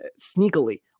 sneakily